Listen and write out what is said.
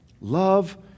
Love